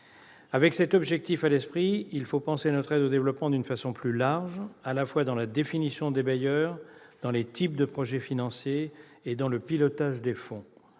Avec cet objectif à l'esprit, il faut penser notre aide au développement d'une façon plus large, à la fois dans la définition des bailleurs, dans les types de projets financés et dans le pilotage des fonds.